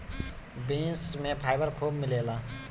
beans में fibre खूब मिलेला